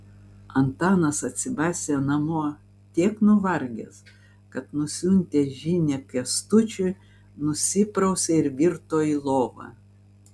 antanas atsibastė namo tiek nuvargęs kad nusiuntęs žinią kęstučiui nusiprausė ir virto į lovą